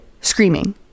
screaming